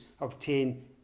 obtain